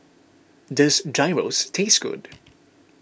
does Gyros taste good